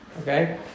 Okay